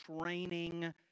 training